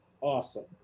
awesome